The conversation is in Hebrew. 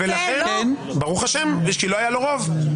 ברוך השם, לא היה לו רוב.